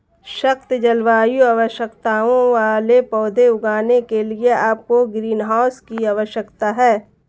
सख्त जलवायु आवश्यकताओं वाले पौधे उगाने के लिए आपको ग्रीनहाउस की आवश्यकता है